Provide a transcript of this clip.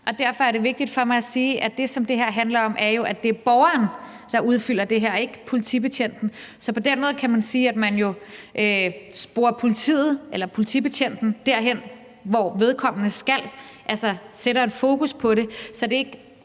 og derfor er det vigtigt for mig at sige, at det, som det her handler om, jo er, at det er borgeren, der udfylder det her og ikke politibetjenten, og på den måde kan man sige, at man jo sporer politiet eller politibetjenten derhen, hvor vedkommende skal hen, altså sætter et fokus på det. Så det er